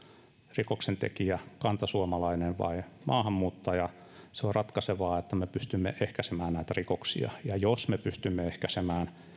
rikoksentekijä kantasuomalainen vai maahanmuuttaja se on ratkaisevaa että me pystymme ehkäisemään näitä rikoksia ja jos me pystymme ehkäisemään